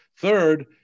Third